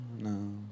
no